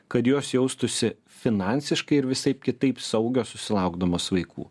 kad jos jaustųsi finansiškai ir visaip kitaip saugios susilaukdamos vaikų